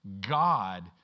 God